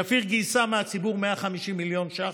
שפיר גייסה מהציבור 150 מיליון שקלים,